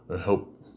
help